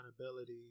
accountability